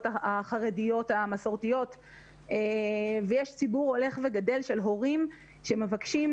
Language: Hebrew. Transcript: החרדיות המסורתיות ויש ציבור הולך וגדל של הורים שמבקשים